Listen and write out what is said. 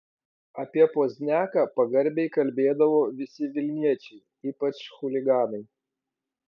apie pozniaką pagarbiai kalbėdavo visi vilniečiai ypač chuliganai